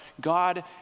God